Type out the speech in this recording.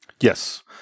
Yes